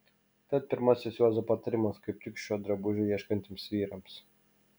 tad pirmasis juozo patarimas kaip tik šio drabužio ieškantiems vyrams